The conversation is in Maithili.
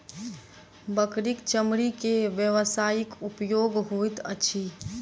बकरीक चमड़ी के व्यवसायिक उपयोग होइत अछि